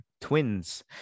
Twins